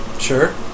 Sure